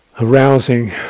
Arousing